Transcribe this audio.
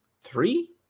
three